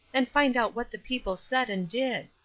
and find out what the people said and did.